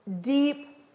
deep